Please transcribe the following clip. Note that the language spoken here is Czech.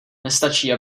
nestačí